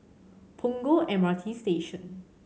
Punggol M R T Station